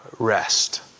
Rest